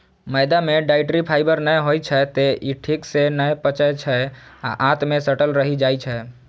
मैदा मे dietary fibre नै होइ छै, तें ई ठीक सं नै पचै छै आ आंत मे सटल रहि जाइ छै